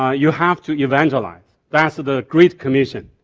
ah you have to evangelize, that's the great commission,